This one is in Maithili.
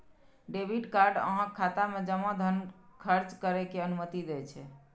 डेबिट कार्ड अहांक खाता मे जमा धन खर्च करै के अनुमति दै छै